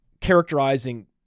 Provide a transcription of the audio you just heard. characterizing